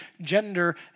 gender